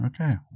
okay